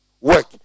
work